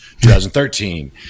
2013